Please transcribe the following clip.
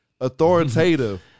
authoritative